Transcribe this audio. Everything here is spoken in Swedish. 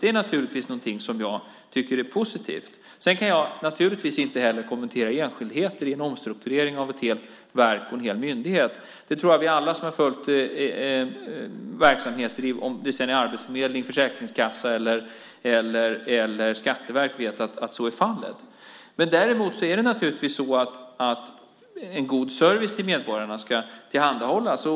Det är något som jag naturligtvis tycker är positivt. Jag kan inte kommentera enskildheter i en omstrukturering av ett helt verk och en hel myndighet. Jag tror att vi alla som har följt verksamheter, om det så är arbetsförmedling, försäkringskassa eller skatteverk, vet att så är fallet. Däremot ska en god service tillhandahållas medborgarna.